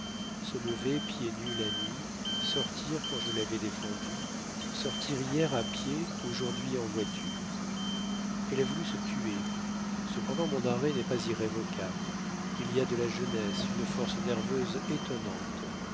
se lever pieds nus la nuit sortir quand je l'avais défendu sortir hier à pied aujourd'hui en voiture elle a voulu se tuer cependant mon arrêt n'est pas irrévocable il y a de la jeunesse une force nerveuse étonnante